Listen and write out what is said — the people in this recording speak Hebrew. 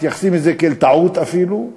מתייחסים לזה כאל טעות אפילו,